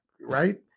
right